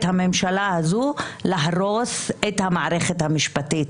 הממשלה הזאת להרוס את המערכת המשפטית.